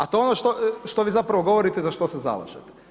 A to je ono što vi zapravo govorite i za što se zalažete.